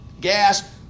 gas